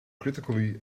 critically